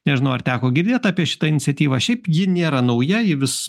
nežinau ar teko girdėt apie šitą iniciatyvą šiaip ji nėra nauja ji vis